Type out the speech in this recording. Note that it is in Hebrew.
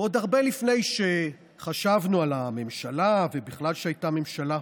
ועוד הרבה לפני שחשבנו על הממשלה ובכלל שתהיה ממשלה,